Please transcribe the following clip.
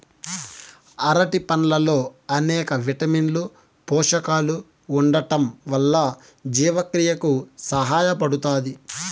అరటి పండ్లల్లో అనేక విటమిన్లు, పోషకాలు ఉండటం వల్ల జీవక్రియకు సహాయపడుతాది